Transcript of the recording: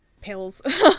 Pills